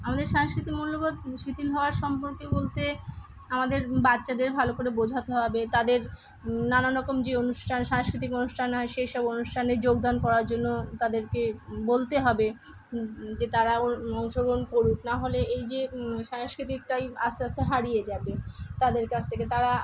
আমাদের সাংস্কৃতিক মূল্যবোধ শিথিল হওয়ার সম্পর্কে বলতে আমাদের বাচ্চাদের ভালো করে বোঝাতে হবে তাদের নানানরকম যে অনুষ্ঠান সাংস্কৃতিক অনুষ্ঠান হয় সেই সব অনুষ্ঠানে যোগদান করার জন্য তাদেরকে বলতে হবে যে তারাও অংশগ্রহণ করুক না হলে এই যে সাংস্কৃতিকটাই আস্তে আস্তে হারিয়ে যাবে তাদের কাছ থেকে তারা